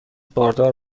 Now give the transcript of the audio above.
باردار